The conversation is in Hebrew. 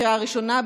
לקריאה ראשונה,